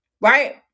right